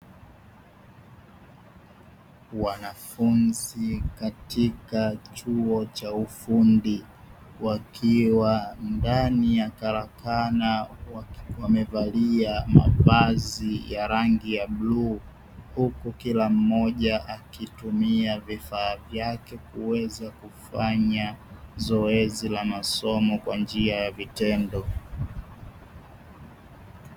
Wanafunzi katika chuo cha ufundi wakiwa ndani ya karakana wakiwa wamevalia mavazi ya rangi ya bluu, huku kila mmoja akitumia vifaa vyake kuweza kufanya zoezi la masomo kwa njia ya vitendo.